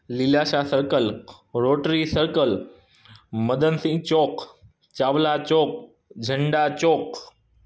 Lilashah circle Rotary circle Madan Singh चौक चावला चौक झंडा चौक